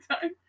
time